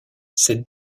cette